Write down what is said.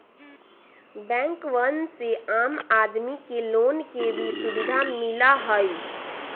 बैंकवन से आम आदमी के लोन के भी सुविधा मिला हई